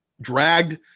dragged